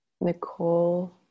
Nicole